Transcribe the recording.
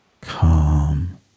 Calm